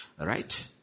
right